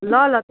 ल ल